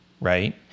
right